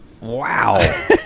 wow